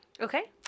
Okay